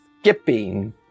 skipping